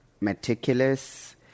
meticulous